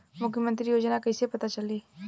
मुख्यमंत्री योजना कइसे पता चली?